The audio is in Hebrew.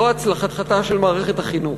זו הצלחתה של מערכת החינוך.